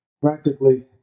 practically